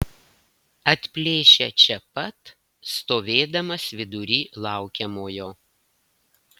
atplėšia čia pat stovėdamas vidury laukiamojo